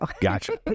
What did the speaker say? Gotcha